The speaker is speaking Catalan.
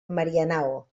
marianao